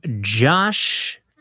Josh